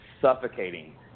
suffocating